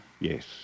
yes